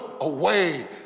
away